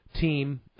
team